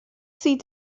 sie